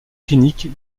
clinique